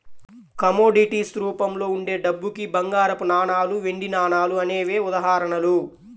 commodities రూపంలో ఉండే డబ్బుకి బంగారపు నాణాలు, వెండి నాణాలు అనేవే ఉదాహరణలు